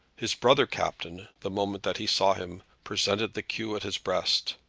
his brother captain, the moment that he saw him, presented the cue at his breast.